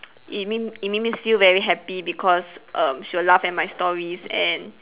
it make me it makes me feel very happy because err she will laugh at my stories and